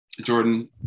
Jordan